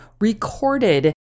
recorded